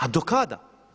A do kada?